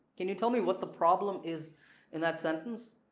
can you tell me what the problem is in that sentence?